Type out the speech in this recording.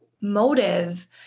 motive